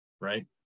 right